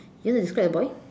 you want to describe the boy